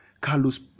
Carlos